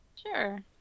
Sure